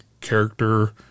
character